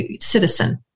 citizen